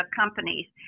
companies